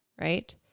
right